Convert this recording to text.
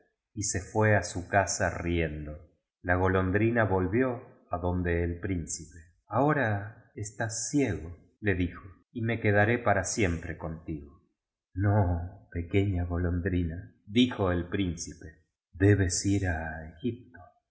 y se fuó a su casa riendo la golondrina volvió adonde el príncipe ahora estás ciego le dijo y me quedaré para siempre contigo no pequeña golondrina elijo el príncipe debes ir a